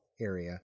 area